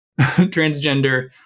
Transgender